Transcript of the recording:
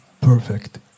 perfect